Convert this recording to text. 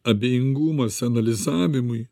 abejingumas analizavimui